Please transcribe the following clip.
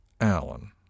Allen